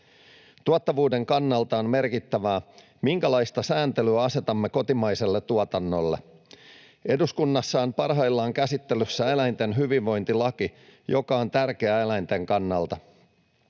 Tuottavuuden kannalta on merkittävää, minkälaista sääntelyä asetamme kotimaiselle tuotannolle. Eduskunnassa on parhaillaan käsittelyssä eläinten hyvinvointilaki, joka on tärkeä eläinten kannalta.